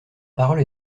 parole